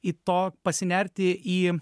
į to pasinerti į